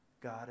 God